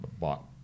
bought